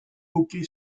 hockey